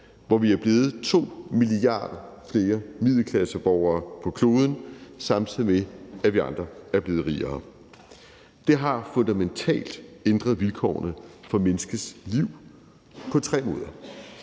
hvor vi er blevet 2 milliarder flere middelklasseborgere på kloden, samtidig med at vi andre er blevet rigere. Det har fundamentalt ændret vilkårene for menneskets liv på tre måder.